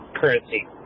currency